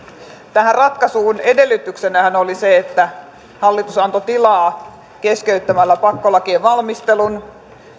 tähän ratkaisuun edellytyksenähän oli se että hallitus antoi tilaa keskeyttämällä pakkolakien valmistelun